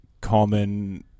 common